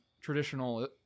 traditional